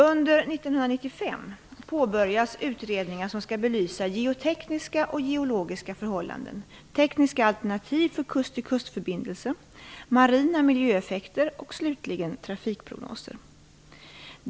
Under 1995 påbörjas utredningar som skall belysa geotekniska och geologiska förhållanden, tekniska alternativ för kust-till-kust-förbindelsen, marina miljöeffekter och slutligen trafikprognoser.